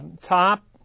top